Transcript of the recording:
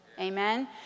Amen